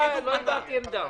לא הבעתי עמדה.